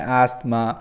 asthma